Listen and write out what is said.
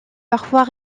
parfois